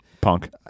Punk